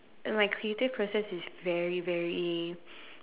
and like creative process is very very